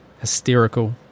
Hysterical